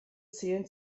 zählen